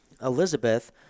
Elizabeth